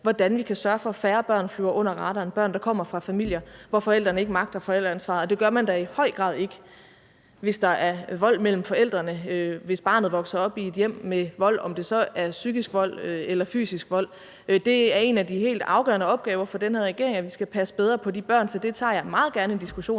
hvordan vi kan sørge for, at færre børn flyver under radaren. Det kan være børn, der kommer fra familier, hvor forældrene ikke magter forældreansvaret, og det gør man da i høj grad ikke, hvis der er vold mellem forældrene, hvis barnet vokser op i et hjem med vold, om det så er psykisk vold eller fysisk vold. Det er en af de helt afgørende opgaver for den her regering, at vi skal passe bedre på de børn, så det tager jeg meget gerne en diskussion